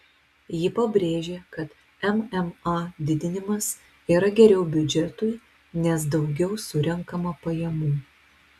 ji pabrėžė kad mma didinimas yra geriau biudžetui nes daugiau surenkama pajamų